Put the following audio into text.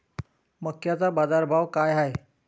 मक्याचा बाजारभाव काय हाय?